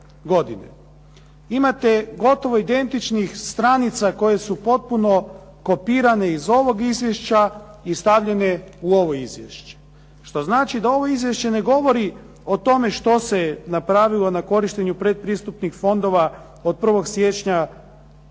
Imate gotovo identičnih stranica koje su potpuno kopirane iz ovog izvješća i stavljene u ovo izvješće, što znači da ovo izvješće govori o tome što se je napravilo na korištenju pretpristupnih fondova od 1. siječnja